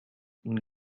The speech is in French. une